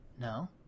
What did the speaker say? No